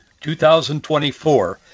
2024